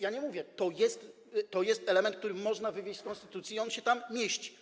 Ja nie mówię, to jest element, który można wywieść z konstytucji i on się tam mieści.